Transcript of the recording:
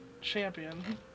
champion